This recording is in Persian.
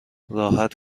راحت